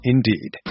Indeed